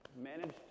Managed